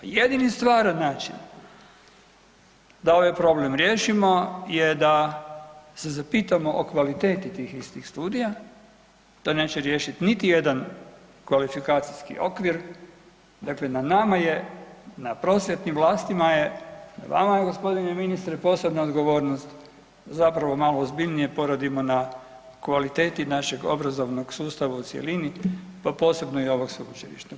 Jedini stvaran način da ovaj problem riješimo je da se zapitamo o kvaliteti tih istih studija, to neće riješit niti jedan kvalifikacijski okvir, dakle na nama je, na prosvjetnim vlastima je, na vama je g. ministre, posebna odgovornost, zapravo malo ozbiljnije poradimo na kvaliteti našeg obrazovnog sustava u cjelini pa posebno i ovog sveučilišta.